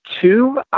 two